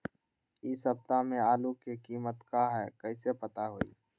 इ सप्ताह में आलू के कीमत का है कईसे पता होई?